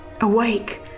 Awake